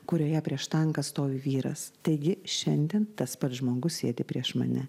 kurioje prieš tanką stovi vyras taigi šiandien tas pats žmogus sėdi prieš mane